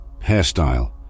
hairstyle